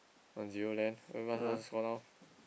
one zero then what what's the score now